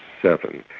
seven,